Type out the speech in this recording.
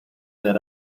that